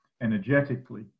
energetically